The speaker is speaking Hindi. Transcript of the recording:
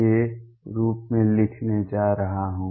के रूप में लिखने जा रहा हूँ